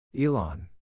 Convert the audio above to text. Elon